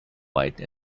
white